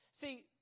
See